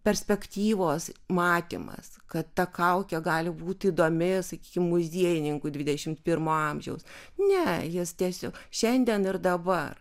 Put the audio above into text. perspektyvos matymas kad ta kaukė gali būt įdomi muziejininkui dvidešimt pirmo amžiaus ne jis tiesio šiandien ir dabar